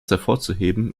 hervorzuheben